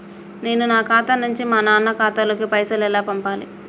నేను నా ఖాతా నుంచి మా నాన్న ఖాతా లోకి పైసలు ఎలా పంపాలి?